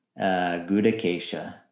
Gudakesha